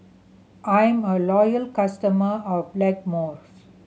I'm a loyal customer of Blackmores